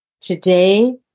Today